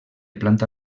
planta